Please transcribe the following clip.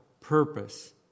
purpose